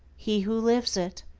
he who lives it.